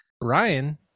Brian